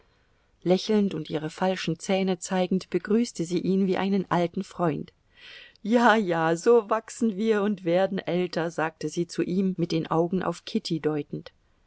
lächelnd und ihre falschen zähne zeigend begrüßte sie ihn wie einen alten freund ja ja so wachsen wir und werden älter sagte sie zu ihm mit den augen auf kitty deutend